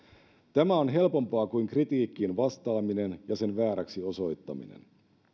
tämä on helpompaa kuin kritiikkiin vastaaminen ja sen vääräksi osoittaminen